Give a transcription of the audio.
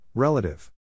Relative